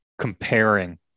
comparing